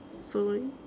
so